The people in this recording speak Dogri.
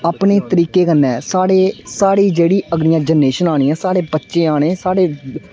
अपने तरीके कन्नै स्हाड़े स्हाड़ी जेह्ड़ी अगलियां जेनरेशनां आनियां स्हाड़े बच्चे आने स्हाड़े